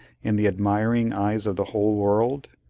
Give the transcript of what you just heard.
in the admiring eyes of the whole world?